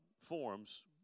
forms